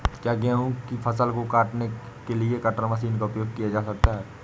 क्या गेहूँ की फसल को काटने के लिए कटर मशीन का उपयोग किया जा सकता है?